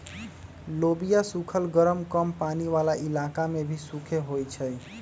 लोबिया सुखल गरम कम पानी वाला इलाका में भी खुबे होई छई